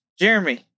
Jeremy